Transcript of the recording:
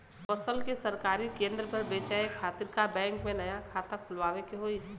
फसल के सरकारी केंद्र पर बेचय खातिर का बैंक में नया खाता खोलवावे के होई?